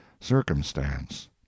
circumstance